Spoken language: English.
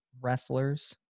wrestlers